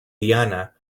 diana